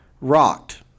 rocked